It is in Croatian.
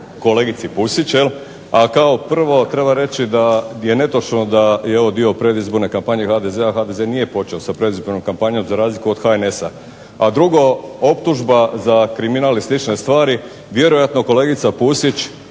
kolegice Pusić. A kao prvo treba reći da je netočno da je ovo dio predizborne kampanje HDZ-a. HDZ nije počeo sa predizbornom kampanjom za razliku od HNS-a. A drugo, optužba za kriminal i slične stvari, vjerojatno kolegica Pusić